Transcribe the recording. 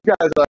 guys